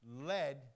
led